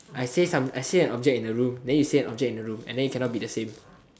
I say some I say an object in the room then you say an object in the room and it cannot be the same